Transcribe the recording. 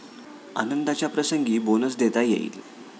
आनंदाच्या प्रसंगी बोनस देता येईल